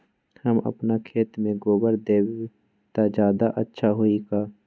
हम अपना खेत में गोबर देब त ज्यादा अच्छा होई का?